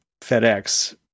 FedEx